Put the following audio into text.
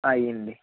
అయ్యింది